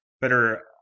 better